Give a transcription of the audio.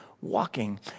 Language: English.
walking